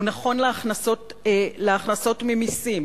הוא נכון להכנסות ממסים,